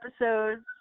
episodes